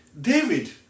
David